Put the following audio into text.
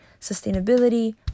sustainability